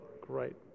great